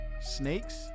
Snakes